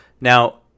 Now